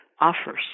offers